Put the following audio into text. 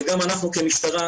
גם אנחנו כמשטרה,